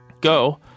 go